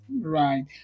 right